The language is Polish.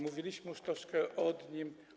Mówiliśmy już troszkę o nim.